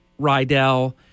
Rydell